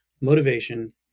motivation